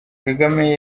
kagame